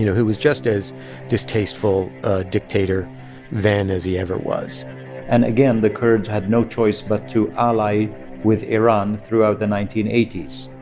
you know who was just as distasteful a dictator then as he ever was and again, the kurds had no choice but to ally with iran throughout the nineteen eighty s.